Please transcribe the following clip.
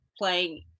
playing